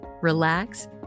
relax